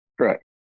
correct